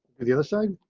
ted the other side